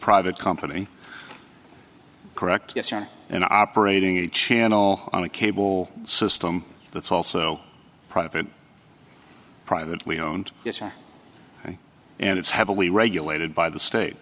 private company correct yes or an operating a channel on a cable system that's also private privately owned and it's heavily regulated by the state